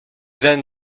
then